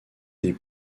des